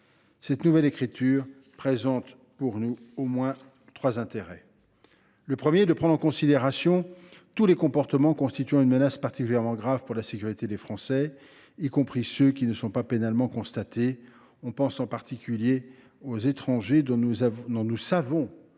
Cette nouvelle rédaction présente pour nous au moins trois intérêts. D’abord, elle prend en considération tous les comportements constituant une menace particulièrement grave pour la sécurité des Français, y compris ceux qui ne sont pas pénalement constatés. Je pense en particulier aux étrangers dont nous savons